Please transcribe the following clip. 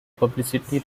publicity